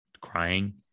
crying-